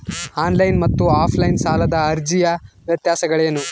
On line ಮತ್ತು offline ಸಾಲದ ಅರ್ಜಿಯ ವ್ಯತ್ಯಾಸಗಳೇನು?